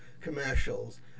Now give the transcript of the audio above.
commercials